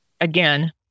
again